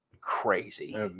crazy